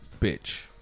Bitch